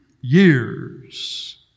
years